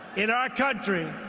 in our country,